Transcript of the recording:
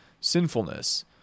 sinfulness